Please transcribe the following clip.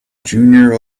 junior